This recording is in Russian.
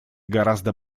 гораздо